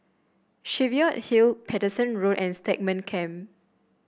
Cheviot Hill Paterson Road and Stagmont Camp